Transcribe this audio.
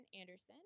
Anderson